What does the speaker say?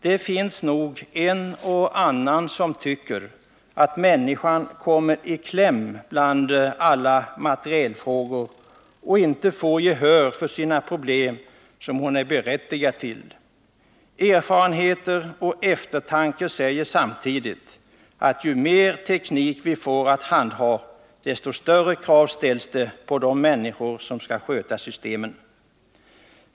Det finns nog en och annan som tycker att människan kommer i kläm bland alla materielfrågor och inte får det gehör för sina problem som hon är berättigad till. Erfarenheter och eftertanke säger också att ju mer teknik vi får att handha, desto större krav ställs det på de människor som skall sköta systemen.